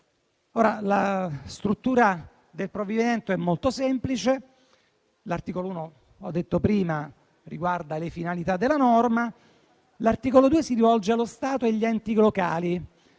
La struttura del provvedimento è molto semplice. L'articolo 1, come ho detto, riguarda le finalità della norma. L'articolo 2 si rivolge allo Stato e agli enti locali,